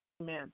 Amen